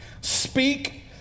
speak